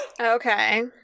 Okay